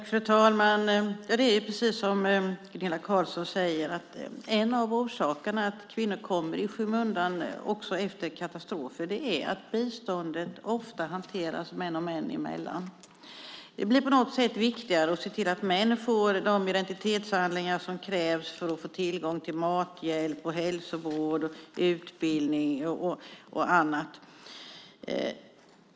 Fru talman! Som Gunilla Carlsson säger är en av orsakerna till att kvinnor kommer i skymundan efter katastrofer att biståndet ofta hanteras män och män emellan. Det blir på något sätt viktigare att se till att män får de identitetshandlingar som krävs för att få tillgång till mat, hjälp, hälsovård, utbildning och annat.